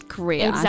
Korea